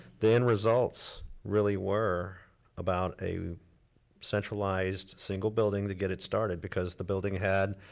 the end results really were about a centralized single building to get it started, because the building had,